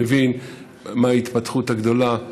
מבין מהי ההתפתחות הגדולה.